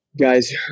Guys